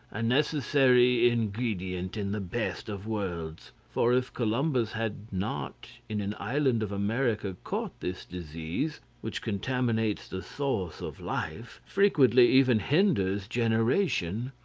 a necessary ingredient in the best of worlds for if columbus had not in an island of america caught this disease, which contaminates the source of life, frequently even hinders generation,